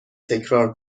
تکرار